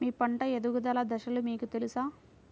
మీ పంట ఎదుగుదల దశలు మీకు తెలుసా?